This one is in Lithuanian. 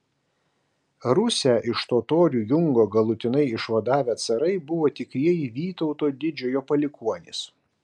rusią iš totorių jungo galutinai išvadavę carai buvo tikrieji vytauto didžiojo palikuonys